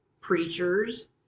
preachers